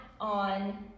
on